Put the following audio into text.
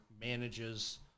manages